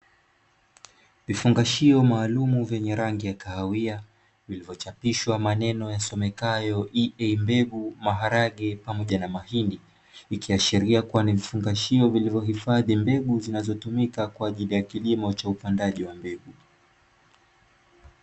Vifungashio maalumu vyenye rangi ya kahawia vilivyochapishwa maneno yasomekayo "EA" mbegu maharage pamoja na mahindi. Ikiashiria kuwa ni vifungashio vilivyohifadhi mbegu zinazotumika kwa ajili ya kilimo cha upandaji wa mbegu.